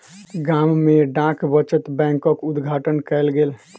गाम में डाक बचत बैंकक उद्घाटन कयल गेल